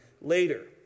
later